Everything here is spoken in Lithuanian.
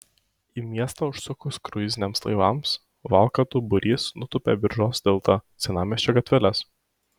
į miestą užsukus kruiziniams laivams valkatų būrys nutūpia biržos tiltą senamiesčio gatveles